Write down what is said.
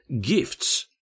gifts